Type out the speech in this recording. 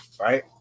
Right